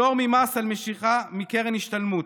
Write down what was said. פטור ממס על משיכה מקרן השתלמות,